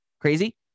crazy